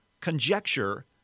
conjecture